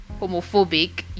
homophobic